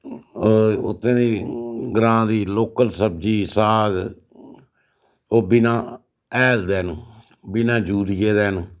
ओह् उत्थु दी ग्रांऽ दी लोकल सब्जी साग ओह् बिना हैल दै न बिना यूरिया दे न